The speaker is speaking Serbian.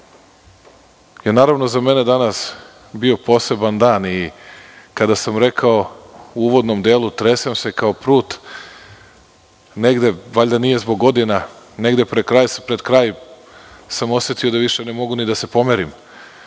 kažem da je za mene danas bio poseban dan. Kada sam rekao, u uvodnom delu, tresem se kao prut, negde, valjda nije zbog godina, pred kraj sam osetio da ne mogu da se pomerim,